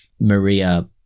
Maria